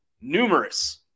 numerous